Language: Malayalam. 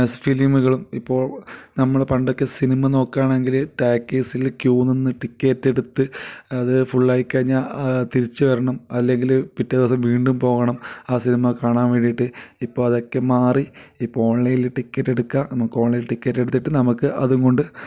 ഫിലിമുകളും ഇപ്പോൾ നമ്മൾ പണ്ടൊക്കെ സിനിമ നോക്കുകയാണങ്കിൽ ടാക്കീസിൽ ക്യൂ നിന്നു ടിക്കറ്റ് എടുത്ത് അതു ഫുള്ളായിക്കഴിഞ്ഞാൽ തിരിച്ചു വരണം അല്ലെങ്കിൽ പിറ്റേ ദിവസം വീണ്ടും പോകണം ആ സിനിമ കാണാൻ വേണ്ടിയിട്ട് ഇപ്പോൾ അതൊക്കെ മാറി ഇപ്പോൾ ഓൺലൈനിൽ ടിക്കറ്റ് എടുക്കുക നമുക്ക് ഓൺലൈനിൽ ടിക്കറ്റ് എടുത്തിട്ടു നമുക്ക് അതുംകൊണ്ട്